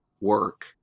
work